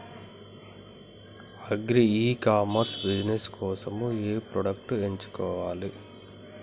Agri e commerce business కోసము ఏ products ఎంచుకోవాలి?